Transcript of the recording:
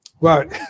Right